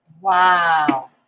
Wow